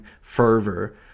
fervor